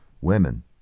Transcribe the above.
women